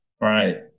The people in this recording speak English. Right